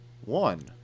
one